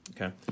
Okay